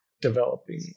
developing